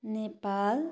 Nepal